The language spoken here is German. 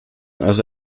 also